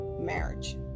marriage